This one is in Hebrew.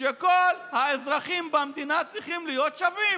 שכל האזרחים במדינה צריכים להיות שווים.